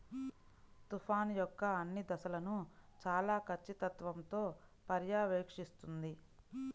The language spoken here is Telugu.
తుఫాను యొక్క అన్ని దశలను చాలా ఖచ్చితత్వంతో పర్యవేక్షిస్తుంది